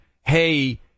Hey